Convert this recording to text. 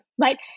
right